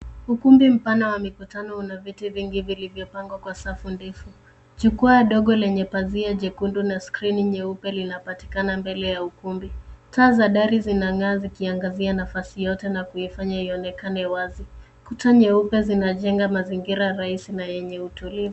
Ukumbi mpana wa mikutano una viti vingi vilivyopangwa kwa safu ndefu. Jukwaa dogo lenye pazia jekundu na skrini nyeupe linapatikana mbele ya ukumbi. Taa za gari zinangaa zikiangazia nafasi yote na kuifanya ionekane wazi kuta nyeupe zinajenga mazingira rahisi na yenye utulivu.